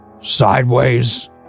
sideways